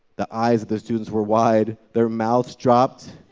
the eyes of the students were wide, their mouths dropped.